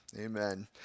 Amen